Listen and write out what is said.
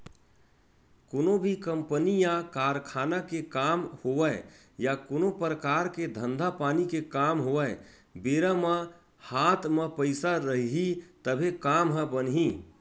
कोनो भी कंपनी या कारखाना के काम होवय या कोनो परकार के धंधा पानी के काम होवय बेरा म हात म पइसा रइही तभे काम ह बनही